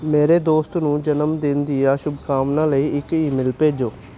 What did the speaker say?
ਮੇਰੇ ਦੋਸਤ ਨੂੰ ਜਨਮਦਿਨ ਦੀਆਂ ਸ਼ੁਭਕਾਮਨਾਵਾਂ ਲਈ ਇੱਕ ਈਮੇਲ ਭੇਜੋ